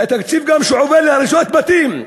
והתקציב שעובר להריסות בתים,